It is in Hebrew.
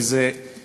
כי זה יום-יום,